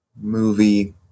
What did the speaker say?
movie